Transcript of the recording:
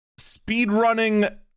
speedrunning